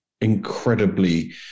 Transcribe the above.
incredibly